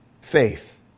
faith